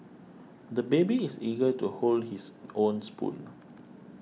the baby is eager to hold his own spoon